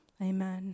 Amen